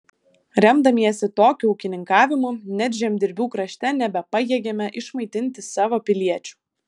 remdamiesi tokiu ūkininkavimu net žemdirbių krašte nebepajėgėme išmaitinti savo piliečių